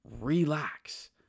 relax